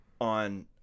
on